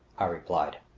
i replied.